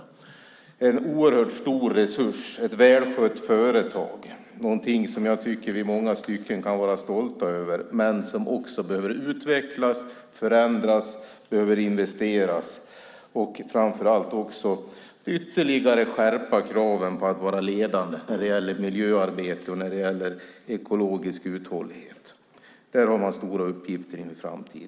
Det är en oerhört stor resurs och ett välskött företag - någonting som jag tycker att vi i många stycken kan vara stolta över men som också behöver utvecklas, förändras, investeras i, och man behöver framför allt också ytterligare skärpa kraven när det gäller att vara ledande inom miljöarbete och ekologisk uthållighet. Där har man stora uppgifter i framtiden.